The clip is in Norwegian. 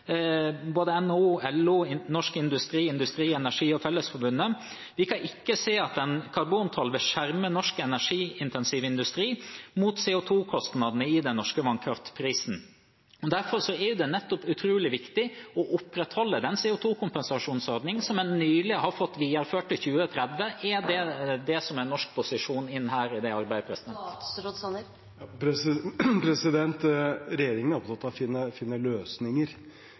både NHO, LO, Norsk Industri, Industri Energi og Fellesforbundet – at de ikke kan se at en karbontoll vil skjerme norsk energiintensiv industri mot CO 2 -kostnadene i den norske vannkraftprisen. Derfor er det utrolig viktig å opprettholde den CO 2 -kompensasjonsordningen som en nylig har fått videreført til 2030. Er det det som er norsk posisjon inn i dette arbeidet? Regjeringen er opptatt av å finne løsninger, ikke som Senterpartiet, å